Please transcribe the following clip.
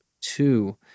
Two